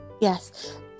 Yes